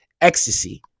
ecstasy